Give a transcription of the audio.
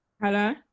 Hello